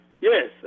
Yes